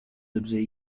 objets